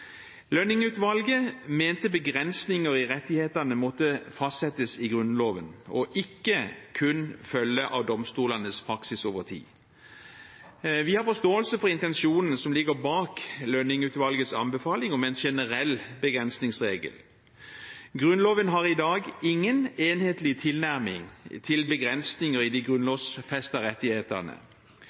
Lønning-utvalget mente at begrensninger i rettighetene måtte fastsettes i Grunnloven og ikke kun følge av domstolenes praksis over tid. Vi har forståelse for intensjonene som ligger bak Lønning-utvalgets anbefaling om en generell begrensningsregel. Grunnloven har i dag ingen enhetlig tilnærming til begrensninger i de grunnlovfestede rettighetene.